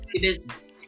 business